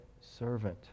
servant